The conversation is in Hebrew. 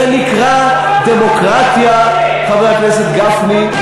זה נקרא דמוקרטיה, חבר הכנסת גפני.